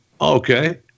okay